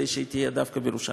כדי שהיא תהיה דווקא בירושלים.